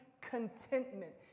contentment